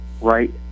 right